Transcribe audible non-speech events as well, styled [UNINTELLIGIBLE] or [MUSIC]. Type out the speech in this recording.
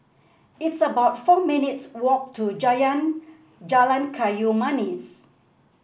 it's about four minutes' walk to [UNINTELLIGIBLE] Jalan Kayu Manis